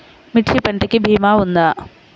మిర్చి పంటకి భీమా ఉందా?